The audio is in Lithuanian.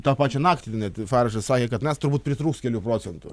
tą pačią naktį net parašas sakė kad mes turbūt pritrūks kelių procentų